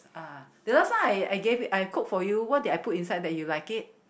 uh the last time I I gave it I cook for you what did I put inside that you like it